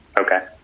Okay